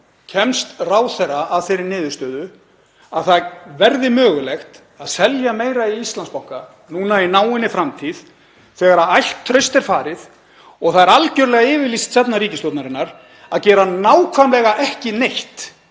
kemst ráðherra að þeirri niðurstöðu að það verði mögulegt að selja meira í Íslandsbanka núna í náinni framtíð þegar allt traust er farið og það er algjörlega yfirlýst stefna ríkisstjórnarinnar (Forseti hringir.) að gera nákvæmlega ekki neitt